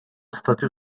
statü